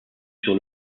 sur